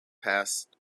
passed